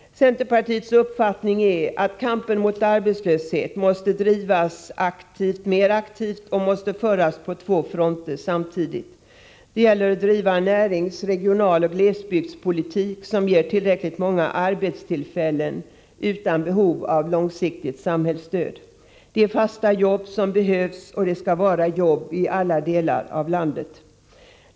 Centerpartiets uppfattning är att kampen mot arbetslösheten måste föras mer aktivt och på två fronter samtidigt. Det gäller att driva en närings-, regionaloch glesbygdspolitik som ger tillräckligt många arbetstillfällen utan behov av långsiktigt samhällsstöd. Det är fasta jobb som behövs, och det skall vara jobb i alla delar av landet.